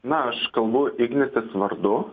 na aš kalbu ignitis vardu